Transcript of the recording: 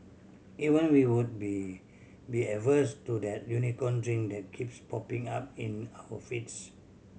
even we would be be averse to that Unicorn Drink that keeps popping up in our feeds